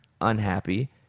unhappy